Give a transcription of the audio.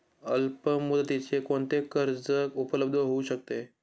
अल्पमुदतीचे कोणते कर्ज उपलब्ध होऊ शकते?